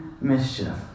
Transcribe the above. mischief